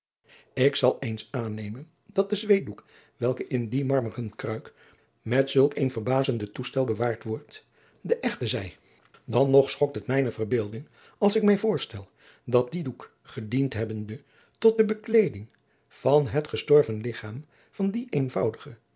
ik zal eens aannemen dat de zweetdoek welke in die marmeren kruik met zulk een verbazenden toestel bewaard wordt de echte zij dan nog schokt het mijne verbeelding als ik mij voorstel dat die doek gediend hebbende tot de bekleeding van het gestorven ligchaam van dien eenvoudigen